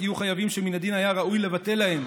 יהיו חייבים שמן הדין היה ראוי לבטל להם